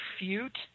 refute